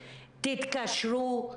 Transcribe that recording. תתקשרו,